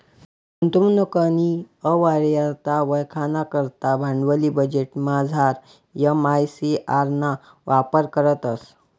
गुंतवणूकनी यवहार्यता वयखाना करता भांडवली बजेटमझार एम.आय.सी.आर ना वापर करतंस